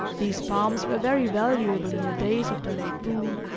these farms were very valuable in the days of the late boom,